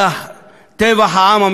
טבח העם המתחולל בסוריה